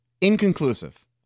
inconclusive